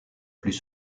plus